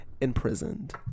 imprisoned